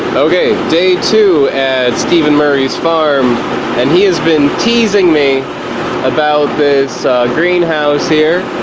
okay day two at stephen murray's farm and he has been teasing me about this greenhouse here